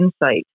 insight